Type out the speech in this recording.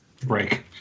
break